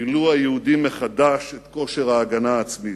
גילו היהודים מחדש את כושר ההגנה העצמית,